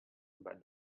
but